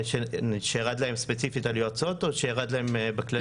שירד להן ספציפית על יועצות או שירד להן בכללי?